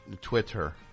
Twitter